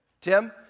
Tim